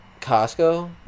costco